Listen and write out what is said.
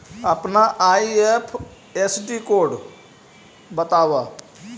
अपना IFSC code बतावअ